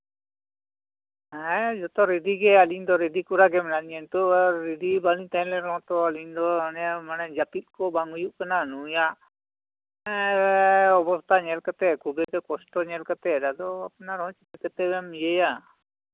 ᱦᱮᱸ ᱡᱚᱛᱚ ᱨᱮᱰᱤ ᱜᱮᱭᱟ ᱟᱹᱞᱤᱧ ᱫᱚ ᱨᱮᱰᱤ ᱠᱚᱨᱟᱜᱮ ᱢᱮᱱᱟᱜ ᱞᱤᱧᱟ ᱱᱤᱛᱳᱜ ᱨᱮᱰᱤ ᱵᱟᱝ ᱛᱟᱦᱮᱱ ᱨᱮᱦᱚᱸ ᱛᱚ ᱛᱮᱦᱤᱧ ᱫᱚ ᱚᱱᱮ ᱢᱟᱱᱮ ᱡᱟᱹᱯᱤᱫ ᱠᱚ ᱵᱟᱝ ᱦᱩᱭᱩᱜ ᱠᱟᱱᱟ ᱱᱩᱭᱟᱜ ᱚᱵᱚᱥᱛᱷᱟ ᱧᱮᱞ ᱠᱟᱛᱮᱫ ᱠᱷᱩᱵᱮᱭ ᱠᱚᱥᱴᱚ ᱧᱮᱞ ᱠᱟᱛᱮᱫ ᱟᱫᱚ ᱟᱯᱱᱟᱨᱦᱚᱸ ᱪᱤᱠᱟᱹ ᱛᱮᱢ ᱤᱭᱟᱹᱭᱟ